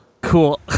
Cool